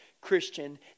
christian